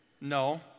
No